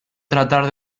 tratar